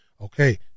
Okay